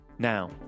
Now